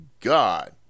God